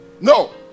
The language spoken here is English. No